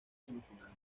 semifinales